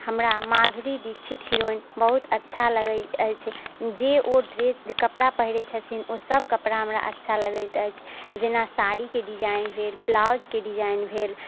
हमरा माधुरी दीछित हिरोइन बहुत अच्छा लगैत अछि जे ओ ड्रेस कपड़ा पहिरैत छथिन ओ सभ कपड़ा हमरा अच्छा लगैत अछि जेना साड़ीके डिजाइन भेल ब्लाउजके डिजाइन भेल